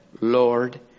Lord